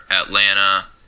Atlanta